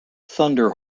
thunder